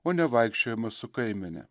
o ne vaikščiojimas su kaimene